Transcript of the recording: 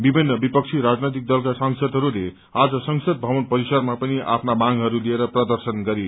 विभिन्न विपक्षी राजनैतिक दलका सांसरहरूले आज संसद भवन परिसरमा पनि आफ्ना मांगहरू लिएर प्रदर्शन गरे